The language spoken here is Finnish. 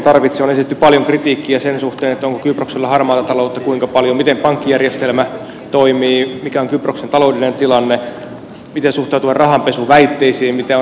on esitetty paljon kritiikkiä sen suhteen onko kyproksella harmaata taloutta kuinka paljon miten pankkijärjestelmä toimii mikä on kyproksen taloudellinen tilanne miten suhtautua rahanpesuväitteisiin mitä on esitetty